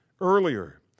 earlier